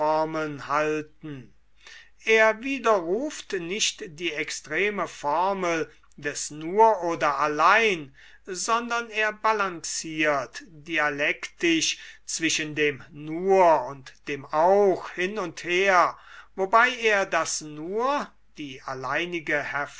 halten er widerruft nicht die extreme formel des nur oder allein sondern er balanciert dialektisch zwischen dem nur und dem auch hin und her wobei er das nur die alleinige